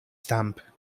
stamp